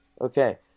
Okay